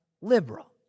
liberal